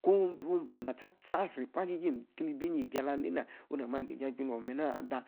Konu buun. ba na sta-sta. ree-pa jijim ebi. ne-jie alalena. oh na ma adije. ajuno mena. ada.